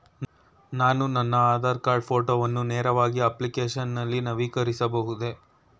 ನಾನು ನನ್ನ ಆಧಾರ್ ಕಾರ್ಡ್ ಫೋಟೋವನ್ನು ನೇರವಾಗಿ ಅಪ್ಲಿಕೇಶನ್ ನಲ್ಲಿ ನವೀಕರಿಸಬಹುದೇ?